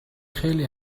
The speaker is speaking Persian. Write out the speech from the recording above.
خیلی